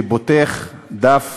שפותח דף